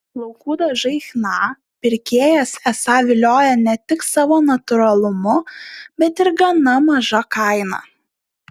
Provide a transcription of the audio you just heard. plaukų dažai chna pirkėjas esą viliojo ne tik savo natūralumu bet ir gana maža kaina